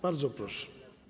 Bardzo proszę.